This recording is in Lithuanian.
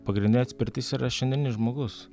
pagrindinė atspirtis yra šiandieninis žmogus